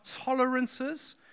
tolerances